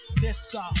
Disco